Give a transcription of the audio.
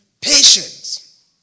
Patience